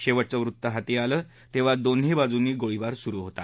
शेवटचं वृत्त हाती आलं तेव्हा दोन्ही बाजूंनी गोळीबार सुरु होता